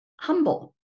Humble